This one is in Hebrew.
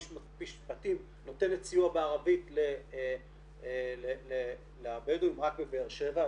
המשפטים נותנת סיוע בערבית לבדואים רק בבאר שבע.